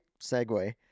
segue